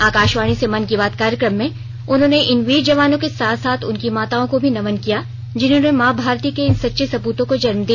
आकाशवाणी से मन की बात कार्यक्रम में उन्होंने इन वीर जवानों के साथ साथ उनकी माताओं को भी नमन किया जिन्होंने मां भारती के इन सच्चे सपूतों को जन्म दिया